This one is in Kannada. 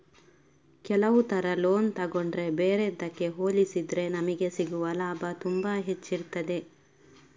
ಕೆಲವು ತರ ಲೋನ್ ತಗೊಂಡ್ರೆ ಬೇರೆದ್ದಕ್ಕೆ ಹೋಲಿಸಿದ್ರೆ ನಮಿಗೆ ಸಿಗುವ ಲಾಭ ತುಂಬಾ ಹೆಚ್ಚಿರ್ತದೆ